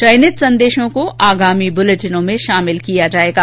चयनित संदेशों को आगामी बुलेटिनों में शामिल किया जाएगा